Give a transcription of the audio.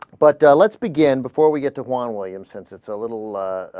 but ah. let's begin before we get to juan williams since it's a little ah.